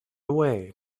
away